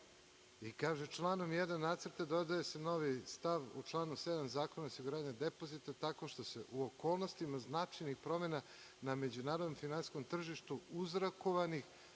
„Članom 1. Nacrta dodaje se novi stav u članu 7. Zakona o osiguranju depozita tako što se u okolnostima značajnih promena na međunarodnom finansijskom tržištu uzrokovanih